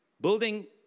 building